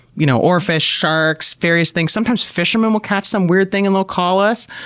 you know, oarfish, sharks, various things. sometimes fisherman will catch some weird thing, and they'll call us,